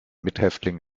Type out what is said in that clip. mithäftling